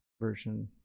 version